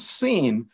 seen